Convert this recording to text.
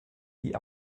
die